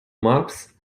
maps